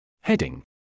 Heading